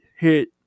hit